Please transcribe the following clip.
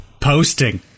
posting